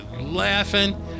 laughing